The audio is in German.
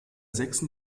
sechsten